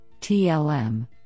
TLM